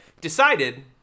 decided